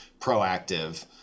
proactive